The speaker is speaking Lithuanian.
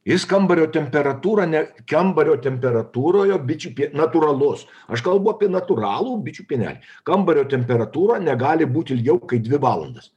jis kambario temperatūra ne kambario temperatūroje bičių natūralus aš kalbu apie natūralų bičių pienelį kambario temperatūra negali būt ilgiau kai dvi valandas